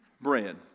bread